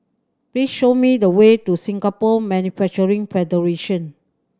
please show me the way to Singapore Manufacturing Federation